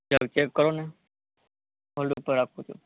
જરા ચૅક કરો ને હોલ્ડ ઉપર રાખું છું